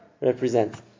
represent